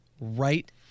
right